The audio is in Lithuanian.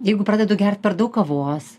jeigu pradedu gert per daug kavos